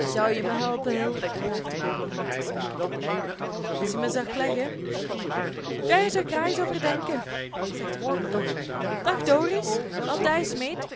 zou je me helpen hil vraagt de koopman met een smeekend oog as je me zag leggen deer zou ik rais over denken zegt de vroolijke hil dag doris wel thuis meet